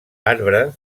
arbre